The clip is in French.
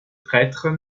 traîtres